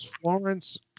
Florence